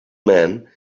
man